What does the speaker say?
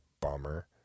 bummer